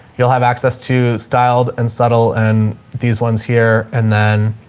you'll have access to styled and subtle and these ones here and then